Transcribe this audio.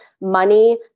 money